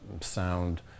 sound